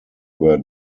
were